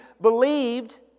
believed